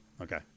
Okay